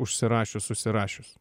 užsirašius užsirašius